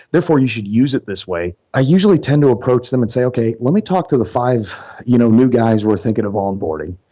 therefore you should use it this way. i usually tend to approach them and say, okay. let me talk to the five you know new guys we're thinking of onboarding,